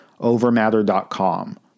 overmatter.com